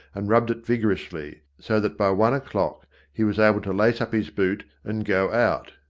and rubbed it vigorously, so that by one o'clock he was able to lace up his boot and go out.